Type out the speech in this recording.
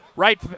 Right